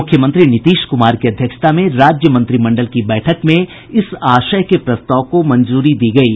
मुख्यमंत्री नीतीश कुमार की अध्यक्षता में राज्य मंत्रिमंडल की बैठक में इस आशय के प्रस्ताव को मंजूरी दी गयी